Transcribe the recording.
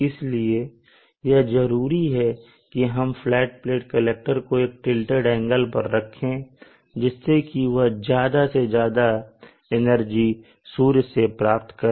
इसलिए यह जरूरी है कि हम फ्लैट प्लेट कलेक्टर को एक टीलटेड एंगल पर रखें जिससे कि वह ज्यादा से ज्यादा एनर्जी सूर्य से प्राप्त करें